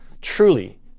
truly